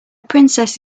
princess